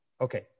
Okay